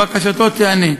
בקשתו תיענה.